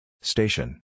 Station